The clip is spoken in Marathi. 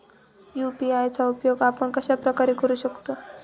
यू.पी.आय चा उपयोग आपण कशाप्रकारे करु शकतो?